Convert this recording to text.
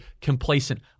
complacent